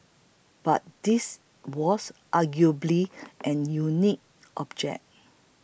but this was arguably a unique project